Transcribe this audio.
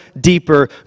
deeper